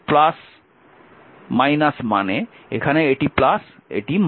সুতরাং মানে এখানে এটি এখানে এটি